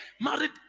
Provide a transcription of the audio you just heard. married